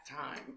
time